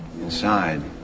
inside